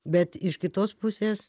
bet iš kitos pusės